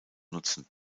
nutzen